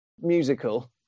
musical